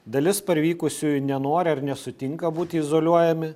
dalis parvykusiųjų nenori ar nesutinka būti izoliuojami